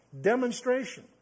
demonstration